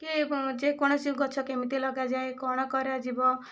କି ଯେକୌଣସି ଗଛ କେମିତି ଲଗାଯାଏ କ'ଣ କରାଯିବ